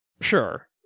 Sure